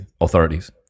authorities